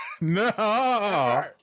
no